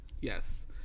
Yes